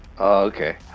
Okay